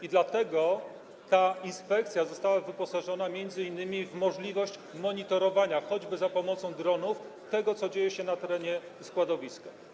I dlatego inspekcja została wyposażona m.in. w możliwość monitorowania, choćby za pomocą dronów, tego, co dzieje się na terenie składowiska.